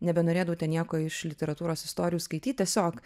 nebenorėdavau ten nieko iš literatūros istorijų skaityt tiesiog